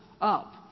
up